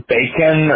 Bacon